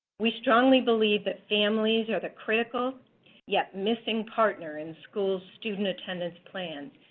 we strongly believe that families are the critical yet missing partner in school student attendance plans.